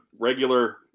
regular